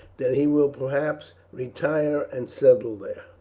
that he will perhaps retire and settle there.